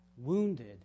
wounded